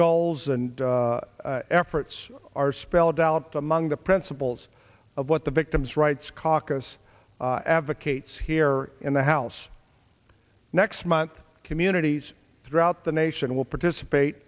goals and efforts are spelled out among the principles of what the victim's rights caucus advocates here in the house next month communities throughout the nation will participate